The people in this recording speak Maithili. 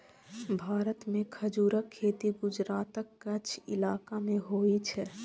भारत मे खजूरक खेती गुजरातक कच्छ इलाका मे होइ छै